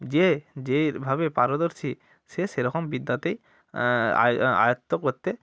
যে যেভাবে পারদর্শী সে সেরকম বিদ্যাতেই আয়ত্ত করতে